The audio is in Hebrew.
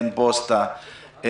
אין פוסטה,